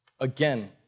Again